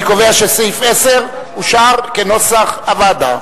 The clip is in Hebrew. אני קובע שסעיף 10 אושר, כנוסח הוועדה.